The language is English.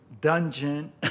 dungeon